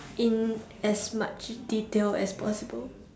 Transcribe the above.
in as much detail as possible